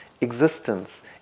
existence